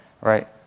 right